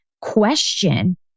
question